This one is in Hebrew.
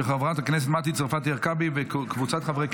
לא נתקבלה.